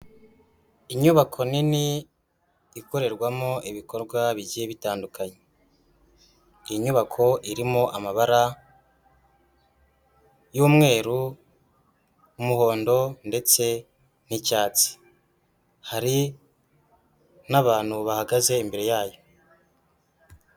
Inyubako nini ikorerwamo ibikorwa bigiye bitandukanye, ni inyubako irimo amabara y'umweru, umuhondo ndetse n'icyatsi, hari n'abantu bahagaze imbere yayo.